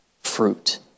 fruit